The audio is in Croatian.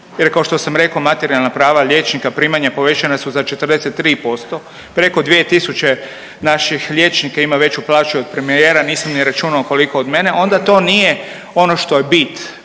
jer kao što sam rekao materijalna prava liječnika primanja povećana su za 43%. Preko 2.000 naših liječnika ima veću plaću od premijera, nisam ni računao koliko od mene, onda to nije ono što je bit.